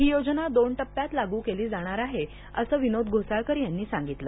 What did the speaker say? ही योजना दोन टप्प्यांत लागू केली जाणार आहे असं विनोद घोसाळकर यांनी सांगितलं